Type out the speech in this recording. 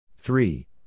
Three